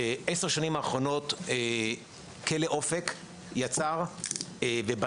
בעשר השנים האחרונות כלא אופק יצר ובנה